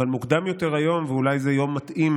אבל מוקדם יותר היום, ואולי זה יום מתאים